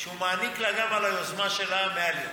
שהוא מעניק לה גם על היוזמה שלה 100 לירות.